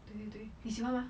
对对对你喜欢吗